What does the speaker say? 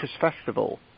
festival